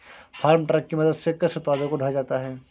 farm truck की मदद से कृषि उत्पादों को ढोया जाता है